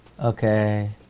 Okay